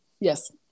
Yes